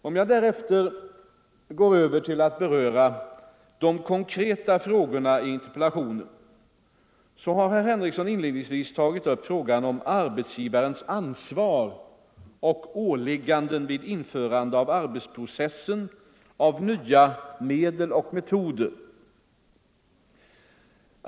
Om jag därefter går över till att beröra de konkreta frågorna i interpellationen, så har herr Henrikson inledningsvis tagit upp frågan om arbetsgivarens ansvar och åligganden vid införande i arbetsprocessen av nya medel och metoder.